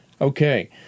okay